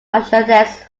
massachusetts